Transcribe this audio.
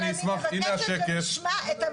אני אשמח להציג.